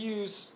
use